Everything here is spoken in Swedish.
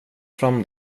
fram